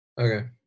Okay